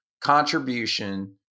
contribution